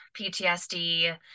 PTSD